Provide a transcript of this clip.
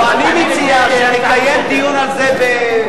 אני מציע שנקיים דיון על זה.